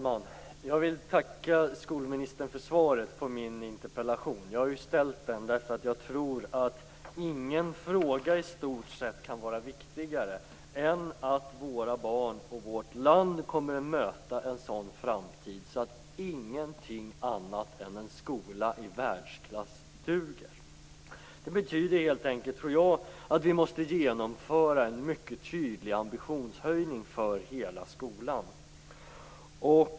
Fru talman! Jag vill tacka skolministern för svaret på min interpellation. Jag har framställt den därför att jag tror att ingen fråga i stort sett kan vara viktigare än att våra barn och vårt land kommer att möta en sådan framtid att ingenting annat än en skola i världsklass duger. Det betyder helt enkelt att vi måste genomföra en mycket tydlig ambitionshöjning för hela skolan.